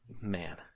man